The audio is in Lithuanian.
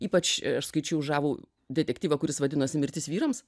ypač aš skaičiau žavų detektyvą kuris vadinosi mirtis vyrams